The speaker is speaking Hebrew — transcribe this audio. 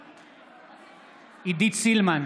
בעד עידית סילמן,